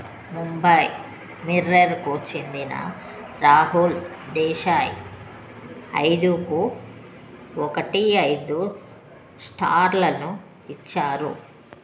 ముంబయి మిర్రర్కు చెందిన రాహుల్ దేశాయ్ ఐదుకు ఒకటి ఐదు స్టార్లను ఇచ్చారు